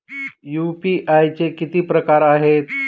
UPI चे किती प्रकार आहेत?